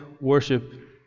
worship